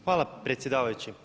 Hvala predsjedavajući.